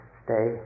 stay